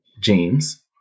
James